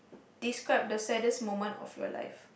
describe the saddest moment of your life